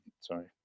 Sorry